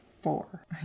four